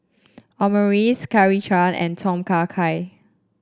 Omurice and Tom Kha Gai